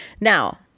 now